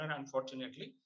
unfortunately